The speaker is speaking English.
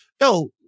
yo